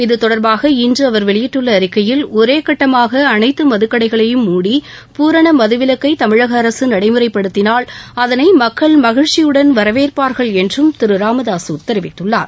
இது தொடர்பாக இன்று அவர் வெளியிட்டுள்ள அறிக்கையில் ஒரே கட்டமாக அனைத்து மதுக்கடைகளையும் நடைமுறைப்படுத்தினால் அதனை மக்கள் மகிழ்ச்சியுடன் வரவேற்பார்கள் என்றும் திரு ராமதாசு தெரிவித்துள்ளார்